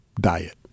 diet